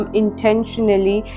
intentionally